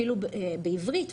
אפילו בעברית,